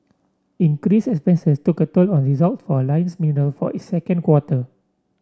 increased expenses took a toll on result for Alliance Mineral for its second quarter